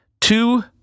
two